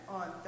on